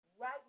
Right